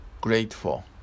grateful